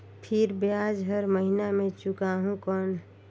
फिर ब्याज हर महीना मे चुकाहू कौन?